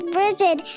Bridget